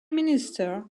minister